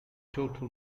total